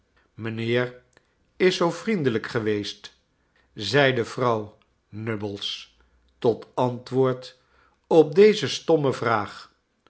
mijnheer is zoo vriendelijk geweest zeide vrouw nubbles tot antwoord op deze stomme vraag